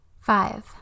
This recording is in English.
Five